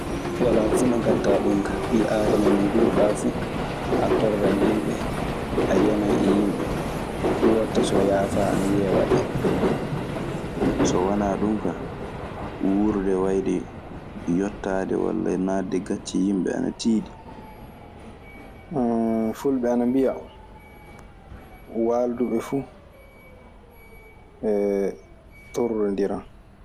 Walaa fuu no ngaɗtaa ɗun kaa. Ɓii aadama nde nguurɗaa fuu, a torlan, a yanan e yimɓe. Ɗun waɗta so yaafaa ana wiyee waɗee. So wanaa ɗun kaa, wuurde waayde yottaade walla naatde e gacce yimɓe ana tiiɗi. Fulɓe ana mbiya, waalduɓe fu torlondiran.